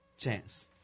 Chance